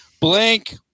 blank